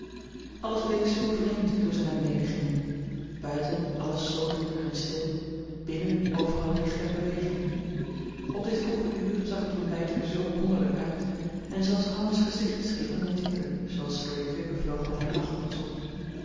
alles leek zoo vreemd toen ze naar beneden gingen buiten alles zoo donker en stil binnen overal licht en beweging op dit vroege uur zag het ontbijt er zoo wonderlijk uit en zelfs hanna's gezicht scheen onnatuurlijk zooals ze door de keuken vloog met haar nachtmuts op